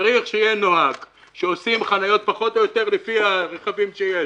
צריך שיהיה נוהג שעושים חניות פחות או יותר לפי מספר הרכבים שיש,